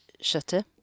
shutter